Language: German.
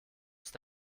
ist